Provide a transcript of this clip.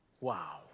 wow